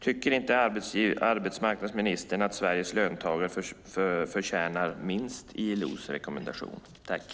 Tycker inte arbetsmarknadsministern att Sveriges löntagare förtjänar minst det som ILO rekommenderar?